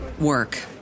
work